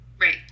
right